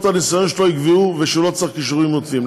הניסיון יקבעו ושהוא לא צריך כישורים עודפים.